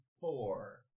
four